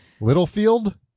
Littlefield